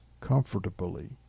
comfortably